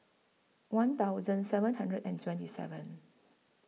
one thousand seven hundred and twenty seven